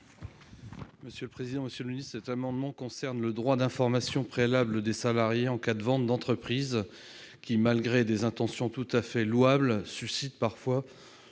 : La parole est à M. Franck Menonville. Cet amendement concerne le droit d'information préalable des salariés en cas de vente de l'entreprise, qui, malgré des intentions tout à fait louables, suscite parfois